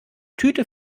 tüte